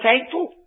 thankful